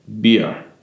beer